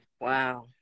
Wow